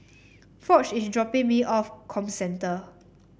Foch is dropping me off Comcentre